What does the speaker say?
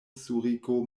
zuriko